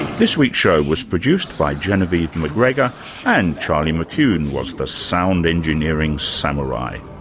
this week's show was produced by jeanavive mcgregor and charlie mckune was the sound engineering samurai.